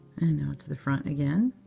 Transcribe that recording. and now, to the front again.